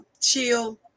chill